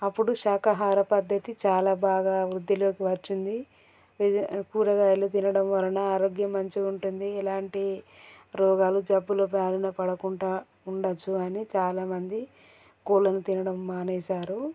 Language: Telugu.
అప్పుడు శాకాహార పద్ధతి చాలా బాగా వృద్ధిలోకి వచ్చింది ఇది కూరగాయలు తినడం వలన ఆరోగ్యం మంచిగా ఉంటుంది ఎలాంటి రోగాలు జబ్బుల బారిన పడకుండా ఉండొచ్చు అని చాలామంది కోళ్ళను తినడం మానేశారు